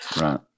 Right